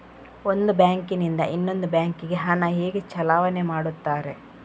ಒಂದು ಬ್ಯಾಂಕ್ ನಿಂದ ಇನ್ನೊಂದು ಬ್ಯಾಂಕ್ ಗೆ ಹಣ ಹೇಗೆ ಚಲಾವಣೆ ಮಾಡುತ್ತಾರೆ?